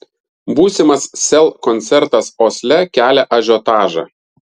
būsimas sel koncertas osle kelia ažiotažą